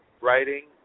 writing